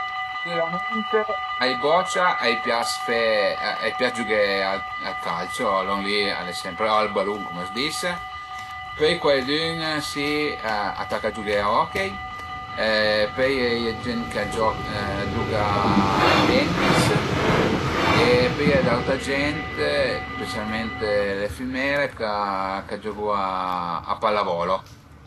Sicürament ai bocia a pias fe, ai pias giughé al calcio, lon li al e sempre o al balun cum a s'dis, pöi cuaidün si a taca a giughé a hockey, pöi a ie d'gent ch'a gioc giuga a tennis e pöi a ie d'auta gent, specialment le fümele ch'a giögu a pallavolo